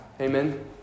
Amen